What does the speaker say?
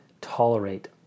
tolerate